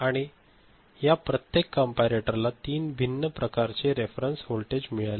आणि या प्रत्येक कंपॅरेटर ला तीन भिन्न प्रकारचे रेफेरेंस व्होल्टेज मिळाले